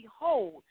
behold